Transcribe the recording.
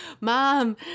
mom